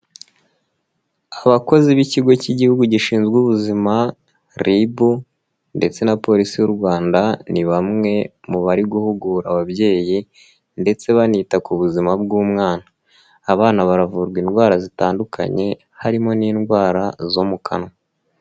Abakozi b'ikigo cy'igihugu gishinzwe ubuzima RIB ndetse na polisi y'u Rwanda ni bamwe mu bari guhugura ababyeyi ndetse banita ku buzima bw'umwana, abana baravurwa indwara zitandukanye, harimo n'indwara zo mu kanwa.